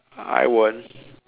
I won't